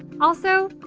also,